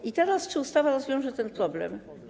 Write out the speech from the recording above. I teraz czy ustawa rozwiąże ten problem?